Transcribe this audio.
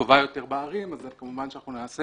טובה יותר בערים, אז כמובן שאנחנו נעשה